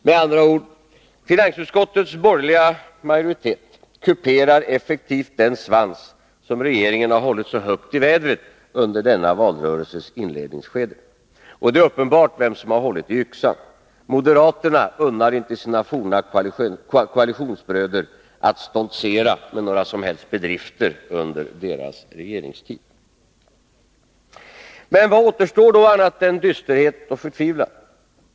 Med andra ord — finansutskottets borgerliga majoritet kuperar effektivt den svans som regeringen hållit så högt i vädret under denna valrörelses inledningsskede. Och det är uppenbart vem som hållit i yxan. Moderaterna unnar inte sina forna koalitionsbröder att stoltsera med några som helst bedrifter under deras regeringstid. Men vad återstår då, annat än dysterhet och förtvivlan?